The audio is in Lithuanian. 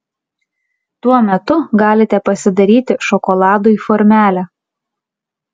tuo metu galite pasidaryti šokoladui formelę